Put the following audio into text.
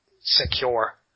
secure